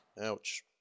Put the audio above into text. Ouch